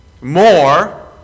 more